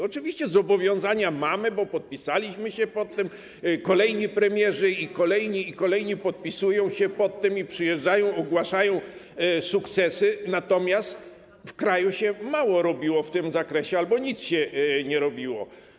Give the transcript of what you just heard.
Oczywiście mamy zobowiązania, bo podpisaliśmy się pod tym, kolejni premierzy i kolejni, i kolejni podpisują się pod tym, przyjeżdżają, ogłaszają sukcesy, natomiast w kraju mało się robiło w tym zakresie albo nic się nie robiło.